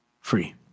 free